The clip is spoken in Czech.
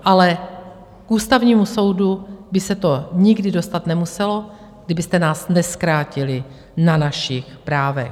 Ale k Ústavnímu soudu by se to nikdy dostat nemuselo, kdybyste nás nezkrátili na našich právech.